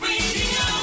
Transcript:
Radio